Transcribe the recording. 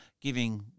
giving